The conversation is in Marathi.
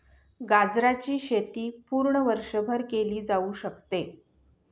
गाजराची शेती पूर्ण वर्षभर केली जाऊ शकते